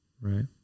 Right